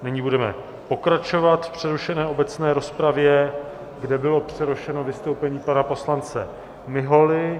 Nyní budeme pokračovat v přerušené obecné rozpravě, kde bylo přerušeno vystoupení pana poslance Miholy.